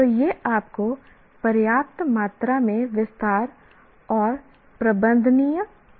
तो यह आपको पर्याप्त मात्रा में विस्तार और प्रबंधनीय देता है